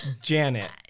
Janet